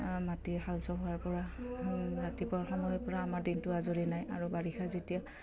মাটি হাল চহোৱাৰ পৰা ৰাতিপুৱা সময়ৰ পৰা আমাৰ দিনটো আজৰি নাই আৰু বাৰিষা যেতিয়া